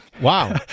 Wow